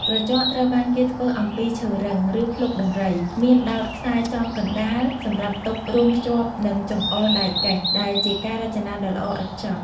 ក្រចកត្រូវបានគេធ្វើអំពីឈើរឹង ឬភ្លុកដំរី មានដោតខ្សែចំកណ្ដាល សម្រាប់ទុក រុំភ្ជាប់នឹងចង្អុលដៃកេះ ដែលជាការរចនាដ៏ល្អឥតខ្ចោះ។